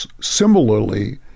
Similarly